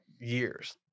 years